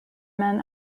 man